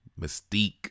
mystique